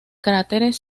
cráteres